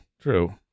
True